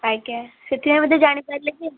ଆଜ୍ଞା ସେଥିପାଇଁ ବୋଧେ ଜାଣିପାରିଲେନି ଆଉ